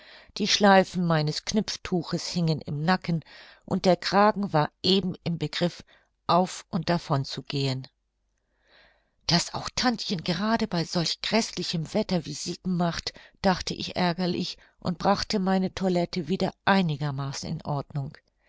die schleifen meines knüpftuches hingen im nacken und der kragen war eben im begriff auf und davon zu gehen daß auch tantchen gerade bei solch gräßlichem wetter visiten macht dachte ich ärgerlich und brachte meine toilette wieder einigermaßen in ordnung